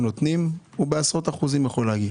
נותנים הוא בעשרות אחוזים יכול להגיע